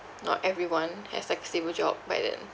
not everyone has like stable job by then